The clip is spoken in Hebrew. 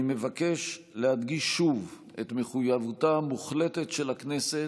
אני מבקש להדגיש שוב את מחויבותה המוחלטת של הכנסת,